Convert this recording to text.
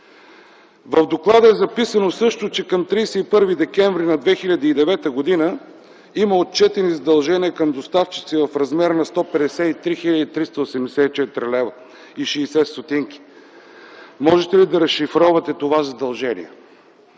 В доклада е записано също, че към 31 декември 2009 г. има отчетени задължения към доставчици в размер на 153 хил. 384 лв. и 60 ст. Можете ли да разшифровате това задължение?